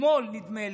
אתמול, נדמה לי,